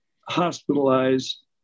hospitalized